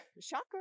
Shocker